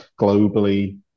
globally